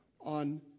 on